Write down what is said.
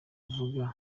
avuga